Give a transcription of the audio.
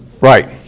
Right